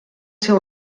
seu